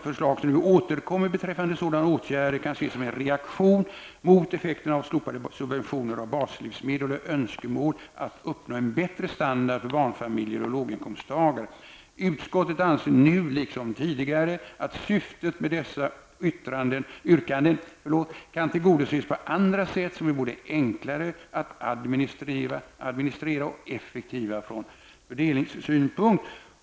Förslag som återkommer beträffande sådana åtgärder kan ses som en reaktion mot effekten av slopade subventioner på baslivsmedel och önskemål om att uppnå en bättre standard för barnfamiljer och låginkomsttagare. Utskottet anser nu liksom tidigare att syftet med dessa yrkanden kan tillgodoses på andra sätt som är enklare att administrera och effektivare från fördelningssynpunkt.